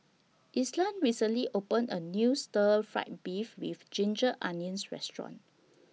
Ishaan recently opened A New Stir Fried Beef with Ginger Onions Restaurant